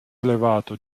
elevato